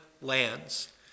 lands